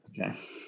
Okay